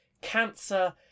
Cancer